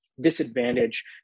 disadvantage